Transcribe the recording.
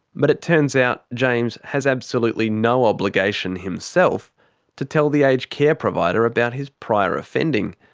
but it turns out james has absolutely no obligation himself to tell the aged care provider about his prior offending.